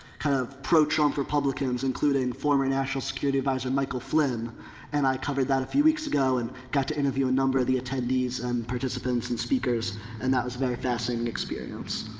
kind of pro-trump republicans including former national security adviser michael flynn and i covered that a few weeks ago and got to interview a number of the attendees and participants and speakers and that was a very fascinating experience.